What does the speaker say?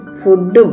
food